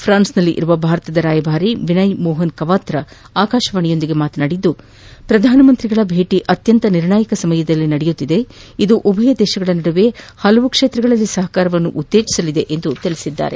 ಫ್ರಾನ್ಸ್ನಲ್ಲಿರುವ ಭಾರತದ ರಾಯಭಾರಿ ವಿನಯ್ ಮೋಹನ್ ಕವಾತ್ರ ಆಕಾಶವಾಣಿಯೊಂದಿಗೆ ಮಾತನಾಡಿ ಪ್ರಧಾನಮಂತ್ರಿಯವರ ಭೇಟಿ ಅತ್ಯಂತ ನಿರ್ಣಾಯಕ ಸಮಯದಲ್ಲಿ ನಡೆಯುತ್ತಿದ್ದು ಇದು ಉಭಯ ದೇಶಗಳ ನಡುವೆ ಹಲವಾರು ಕ್ಷೇತ್ರಗಳಲ್ಲಿ ಸಹಕಾರವನ್ನು ಉತ್ತೇಜಿಸುವುದು ಎಂದು ತಿಳಿಸಿದ್ದಾರೆ